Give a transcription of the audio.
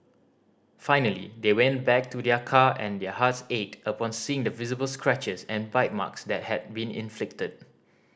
finally they went back to their car and their hearts ached upon seeing the visible scratches and bite marks that had been inflicted